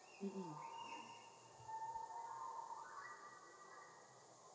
um um